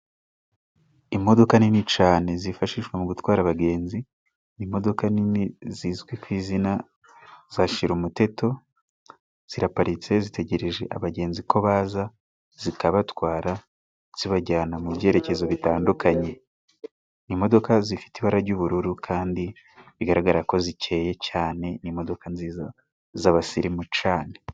Imodoka nini cane zifashishwa mu gutwara abagenzi imodoka nini zizwi ku izina zashira umuteto ziraparitse zitegereje abagenzi ko baza zikabatwara zibajyana mu byerekezo bitandukanye imodoka zifite ibara ry'ubururu kandi bigaragara ko zikeye cyane n'imodoka nziza z'abasirimu cane.